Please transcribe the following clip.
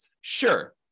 Sure